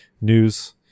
news